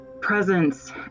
presence